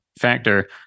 factor